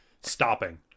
stopping